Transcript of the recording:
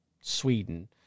Sweden